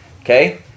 Okay